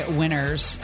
winners